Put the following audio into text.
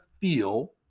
feel